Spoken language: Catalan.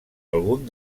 algun